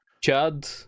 Chad